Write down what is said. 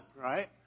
right